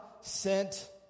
sent